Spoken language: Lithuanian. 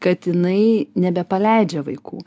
kad jinai nebepaleidžia vaikų